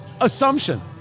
assumption